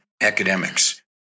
academics